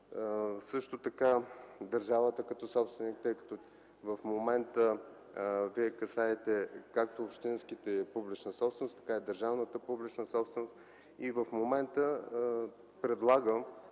също така държавата като собственик, тъй като в момента Вие касаете както общинската публична собственост, така и държавната публична собственост. Предлагам